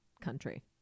country